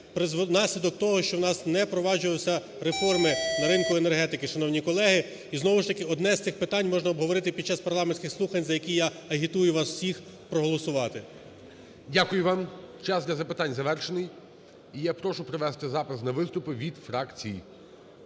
внаслідок того, що у нас не проваджувались реформи на ринку енергетики, шановні колеги. І знову ж таки одне з цим питань можна обговорити під час парламентських слухань, за які я агітую вас всіх проголосувати. ГОЛОВУЮЧИЙ. Дякую вам. Час для запитань завершений. І я прошу провести запис на виступи від фракцій.